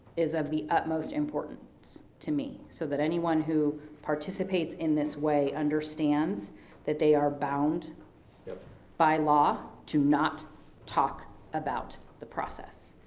is of the utmost importance to me. so that anyone who participates in this way understands that they are bound by law to not talk about the process.